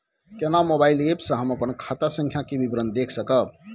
केना mobile app से हम अपन खाता संख्या के विवरण देख सकब?